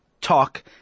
talk